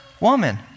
woman